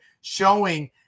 showing